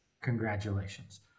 congratulations